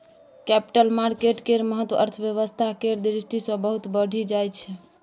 capital market केर महत्व अर्थव्यवस्था केर दृष्टि सँ बहुत बढ़ि जाइ छै